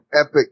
epic